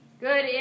Good